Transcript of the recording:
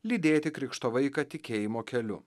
lydėti krikšto vaiką tikėjimo keliu